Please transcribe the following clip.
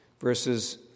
verses